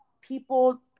people